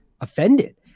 offended